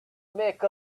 make